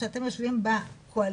שאתם יושבים בקואליציה,